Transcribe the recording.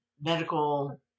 medical